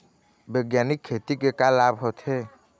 बैग्यानिक खेती के का लाभ होथे?